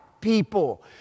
people